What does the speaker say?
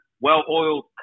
well-oiled